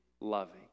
loving